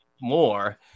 more